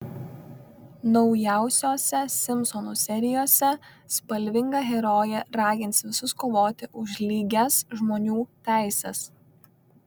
naujausiose simpsonų serijose spalvinga herojė ragins visus kovoti už lygias žmonių teises